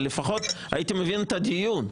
אבל לפחות הייתי מבין את הדיון.